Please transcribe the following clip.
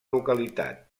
localitat